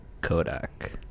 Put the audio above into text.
Kodak